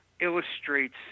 illustrates